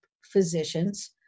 physicians